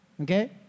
okay